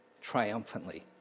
triumphantly